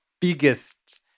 biggest